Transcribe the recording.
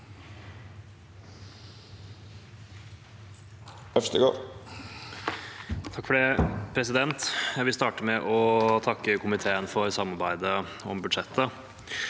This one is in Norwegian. (komite- ens leder): Jeg vil starte med å takke komiteen for samarbeidet om budsjettet.